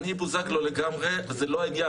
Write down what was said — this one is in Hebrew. אני בוזגלו לגמרי וזה לא העניין.